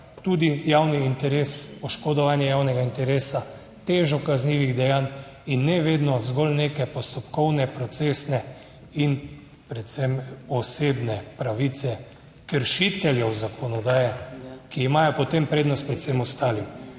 tudi javni interes, oškodovanje javnega interesa, težo kaznivih dejanj in ne vedno zgolj neke postopkovne, procesne in predvsem osebne pravice kršiteljev zakonodaje, ki imajo potem prednost pred vsem ostalim.